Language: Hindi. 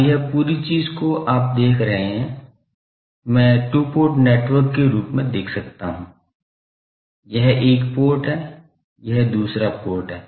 अब यह पूरी चीज़ जो आप देख रहे हैं मैं टू पोर्ट नेटवर्क के रूप में देख सकता हूं यह एक पोर्ट है यह एक दूसरा पोर्ट है